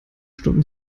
stunden